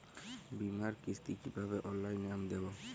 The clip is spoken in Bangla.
বীমার কিস্তি কিভাবে অনলাইনে আমি দেবো?